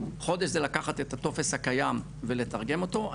חודש זה לקחת את הטופס הקיים ולתרגם אותו,